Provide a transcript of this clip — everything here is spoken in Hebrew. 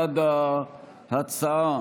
בעד ההצעה